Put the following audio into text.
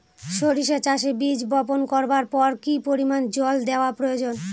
সরিষা চাষে বীজ বপন করবার পর কি পরিমাণ জল দেওয়া প্রয়োজন?